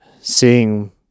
seeing